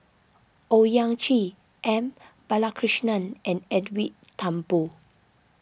Owyang Chi M Balakrishnan and Edwin Thumboo